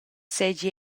seigi